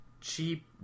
cheap